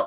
तो